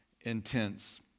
intense